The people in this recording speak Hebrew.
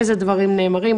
איזה דברים נאמרים.